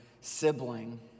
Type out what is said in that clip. sibling